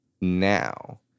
now